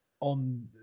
on